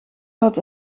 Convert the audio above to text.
had